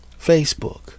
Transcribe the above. Facebook